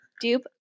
dupe